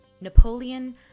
Napoleon